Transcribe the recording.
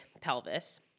pelvis